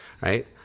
right